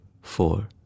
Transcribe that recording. four